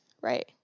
Right